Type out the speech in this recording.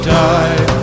die